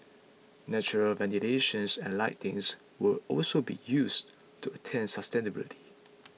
natural ventilations and lightings will also be used to attain sustainability